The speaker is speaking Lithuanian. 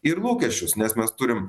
ir lūkesčius nes mes turim